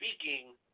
speaking